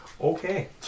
Okay